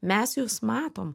mes jus matom